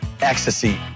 ecstasy